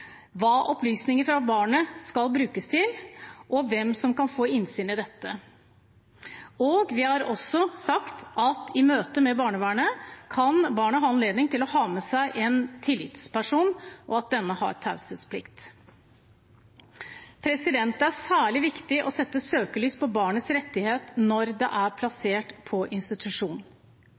hva opplysninger fra barnet kan brukes til og hvem som kan få innsyn i disse opplysningene». Vi har også sagt at i møte med barnevernet kan barnet ha anledning til å ha med seg en tillitsperson, og at denne har taushetsplikt. Det er særlig viktig å sette søkelys på barnets rettigheter når det er plassert på institusjon.